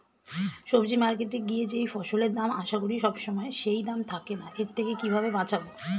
সবজি মার্কেটে গিয়ে যেই ফসলের দাম আশা করি সবসময় সেই দাম থাকে না এর থেকে কিভাবে বাঁচাবো?